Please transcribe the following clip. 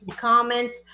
comments